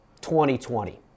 2020